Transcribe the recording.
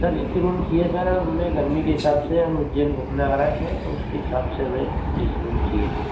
sir A C room चाहिए sir मैं गर्मी के हिसाब से हम उज्जैन घूमने आ रहे हैं तो उसके हिसाब से हमें ए सी रूम चाहिए